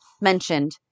mentioned